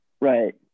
Right